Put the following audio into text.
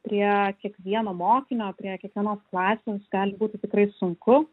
prie kiekvieno mokinio prie kiekvienos klasės gali būti tikrai sunku